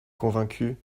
convaincu